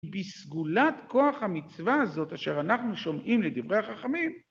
בסגולת כוח המצווה הזאת אשר אנחנו שומעים לדברי החכמים...